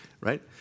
right